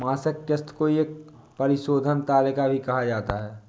मासिक किस्त को एक परिशोधन तालिका भी कहा जाता है